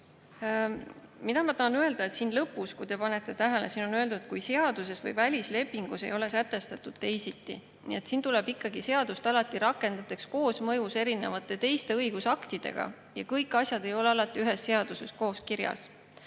Ma tahan öelda, et siin lõpus, kui te panete tähele, on öeldud: "kui seaduses või välislepingus ei ole sätestatud teisiti". Nii et siin tuleb ikkagi seadust alati rakendata koosmõjus teiste õigusaktidega ja kõik asjad ei ole alati ühes seaduses koos kirjas.